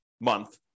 month